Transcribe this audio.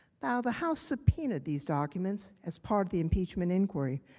now, the house subpoenaed these documents as part of the impeachment inquiry.